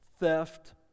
theft